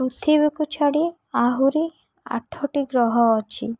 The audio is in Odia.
ପୃଥିବୀକୁ ଛାଡ଼ି ଆହୁରି ଆଠଟି ଗ୍ରହ ଅଛି